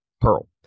Pearl